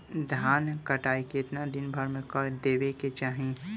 धान क कटाई केतना दिन में कर देवें कि चाही?